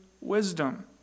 wisdom